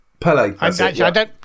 Pele